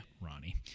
Ronnie